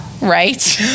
right